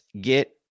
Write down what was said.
get